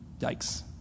Yikes